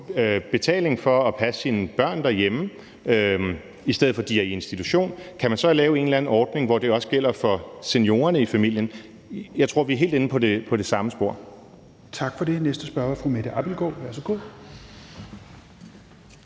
betaling for at passe sine børn derhjemme, i stedet for at de er i institution, kan man så lave en eller anden ordning, hvor det også gælder for seniorerne i familien? Jeg tror, vi er helt inde på det samme spor. Kl. 16:37 Tredje næstformand